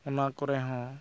ᱚᱱᱟ ᱠᱚᱨᱮᱦᱚᱸ